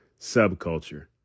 subculture